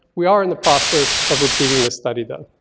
we are in the process of repeating this study though.